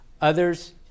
Others